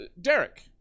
Derek